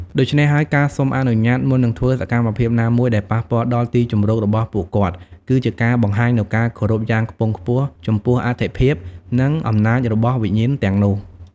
ដូច្នេះហើយ ការសុំអនុញ្ញាត មុននឹងធ្វើសកម្មភាពណាមួយដែលប៉ះពាល់ដល់ទីជម្រករបស់ពួកគាត់ គឺជាការបង្ហាញនូវការគោរពយ៉ាងខ្ពង់ខ្ពស់ចំពោះអត្ថិភាព និងអំណាចរបស់វិញ្ញាណទាំងនោះ។